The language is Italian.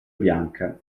bianca